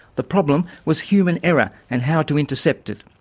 the problem was human error and how to intercept it.